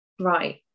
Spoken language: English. right